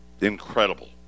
Incredible